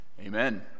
Amen